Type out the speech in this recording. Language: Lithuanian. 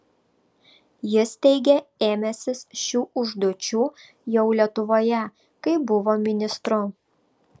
jis teigė ėmęsis šių užduočių jau lietuvoje kai buvo ministru